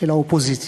של האופוזיציה.